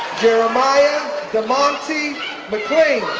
jeremiah demonte' mclean